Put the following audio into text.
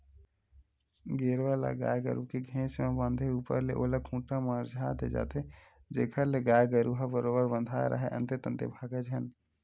गेरवा ल गाय गरु के घेंच म बांधे ऊपर ले ओला खूंटा म अरझा दे जाथे जेखर ले गाय गरु ह बरोबर बंधाय राहय अंते तंते भागय झन